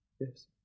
Yes